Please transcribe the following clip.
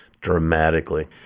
dramatically